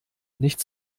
nicht